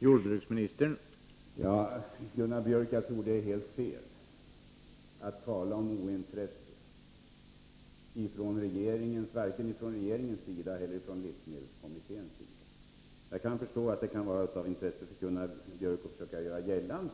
Herr talman! Jag tror att det är helt fel, Gunnar Björk i Gävle, att tala om ointresse från regeringens eller livsmedelskommitténs sida. Jag förstår att det kan vara av intresse för Gunnar Björk att försöka göra gällande